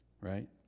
right